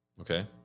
okay